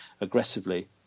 aggressively